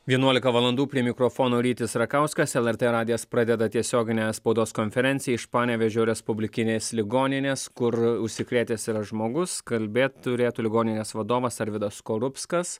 vienuolika valandų prie mikrofono rytis rakauskas lrt radijas pradeda tiesioginę spaudos konferenciją iš panevėžio respublikinės ligoninės kur užsikrėtęs yra žmogus kalbėt turėtų ligoninės vadovas arvydas skorupskas